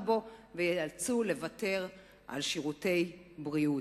בו וייאלצו לוותר על שירותי בריאות.